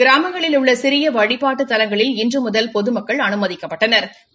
கிராமங்களில் உள்ள சிறிய வழிபாட்டுத் தலங்களில் இன்று முதல் பொதுமக்கள் அனுமதிக்கப்பட்டனா்